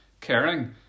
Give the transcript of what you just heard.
caring